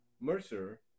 Mercer